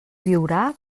viurà